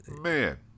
Man